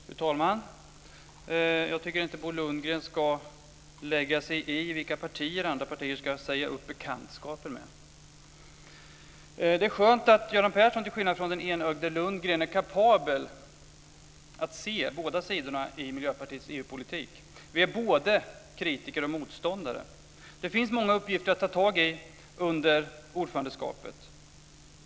Fru talman! Jag tycker inte att Bo Lundgren ska lägga sig i vilka partier andra partier ska säga upp bekantskapen med. Det är skönt att Göran Persson till skillnad från den enögde Lundgren är kapabel till att se båda sidorna i Miljöpartiets EU-politik. Vi är både kritiker och motståndare. Det finns många uppgifter att ta tag i under ordförandeskapet.